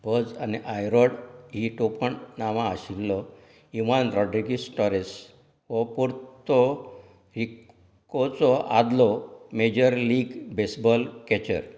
पज आनी I Rod हीं टोपण नावां आशिल्लो इवान रॉड्रिगीस टॉरेस हो पोर्तो रिकोचो आदलो मेजर लीग बेसबॉल कॅचर